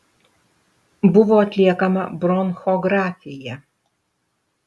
buvo atliekama bronchografija